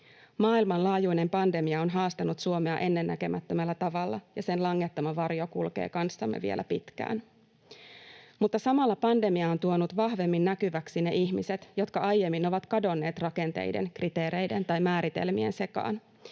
Maailmanlaajuinen pandemia on haastanut Suomea ennennäkemättömällä tavalla, ja sen langettama varjo kulkee kanssamme vielä pitkään. Mutta samalla pandemia on tuonut vahvemmin näkyväksi ne ihmiset, jotka aiemmin ovat kadonneet rakenteiden, kriteereiden tai määritelmien sekaan